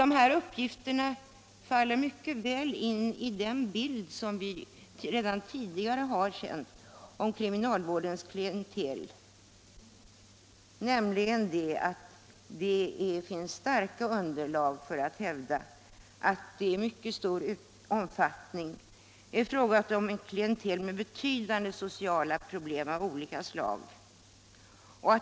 Dessa uppgifter passar mycket väl in i den bild vi redan tidigare har haft av kriminalvårdens klientel, nämligen att det finns starkt underlag för att hävda att det i mycket stor omfattning är fråga om ett klientel med betydande sociala problem av olika slag.